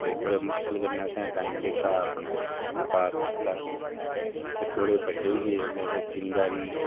ते बड़े मुश्कल कन्नै असें टाइम जेह्का अपना पास कीता फिर थोह्डे़ बड्डे होइये ओल्लै फिर जमींदारी